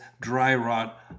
dry-rot